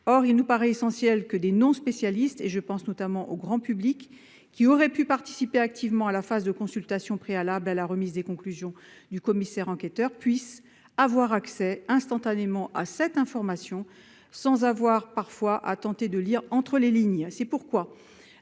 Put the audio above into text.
Or il nous paraît essentiel que des non-spécialistes- je pense notamment au grand public -qui auraient pu participer activement à la phase de consultation préalable à la remise des conclusions du commissaire enquêteur puissent avoir accès instantanément à cette information, sans être obligés, comme c'est le cas parfois, de lire entre les lignes. C'est pourquoi,